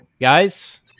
guys